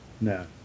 No